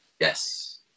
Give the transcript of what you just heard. Yes